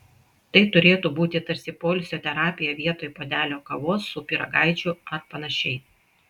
tai turėtų būti tarsi poilsio terapija vietoj puodelio kavos su pyragaičiu ar panašiai